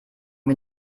wir